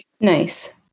nice